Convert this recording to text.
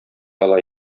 ала